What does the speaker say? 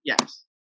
Yes